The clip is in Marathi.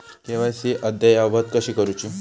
के.वाय.सी अद्ययावत कशी करुची?